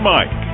Mike